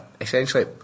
essentially